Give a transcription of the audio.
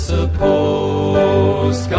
Suppose